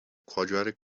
quadratic